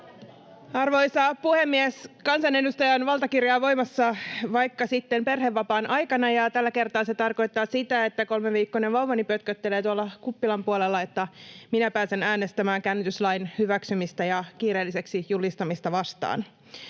Arvoisa puhemies! Kansanedustajan valtakirja on voimassa vaikka sitten perhevapaan aikana, ja tällä kertaa se tarkoittaa sitä, että kolmeviikkoinen vauvani pötköttelee tuolla Kuppilan puolella, niin että minä pääsen äänestämään käännytyslain hyväksymistä ja kiireelliseksi julistamista vastaan.